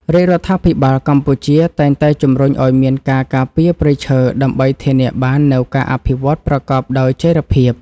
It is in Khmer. រាជរដ្ឋាភិបាលកម្ពុជាតែងតែជំរុញឱ្យមានការការពារព្រៃឈើដើម្បីធានាបាននូវការអភិវឌ្ឍប្រកបដោយចីរភាព។